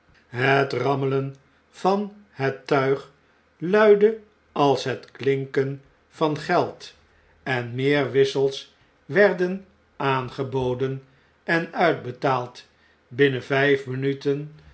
het rammelen van het tuig luidde als het klinken van geld en meer wissels werden aangeboden en uitbetaald binnen vjjf minuten